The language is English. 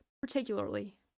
particularly